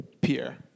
Pierre